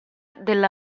della